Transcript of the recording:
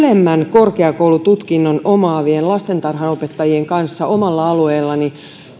korkeakoulututkinnon omaavien lastentarhanopettajien kanssa omalla alueellani